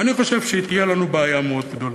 אני חושב שתהיה לנו בעיה מאוד גדולה.